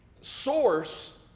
Source